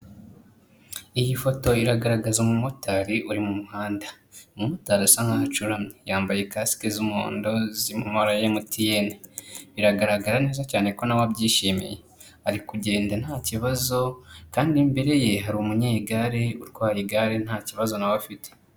Iyi foto iragaragaza umumotari uri mu muhanda, umumotari asa nk'aho acuramye, yambaye kasike z'umuhondo ziri mu mabara ya MTN, biragaragara neza cyane ko nawe abyishimiye, ari kugenda nta kibazo kandi imbere ye hari umunyegare utwaye igare nta kibazo nawe afite.